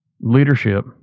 leadership